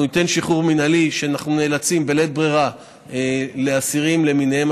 אנחנו ניתן שחרור מינהלי שאנחנו נאלצים לתת בלית ברירה לאסירים למיניהם,